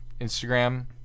Instagram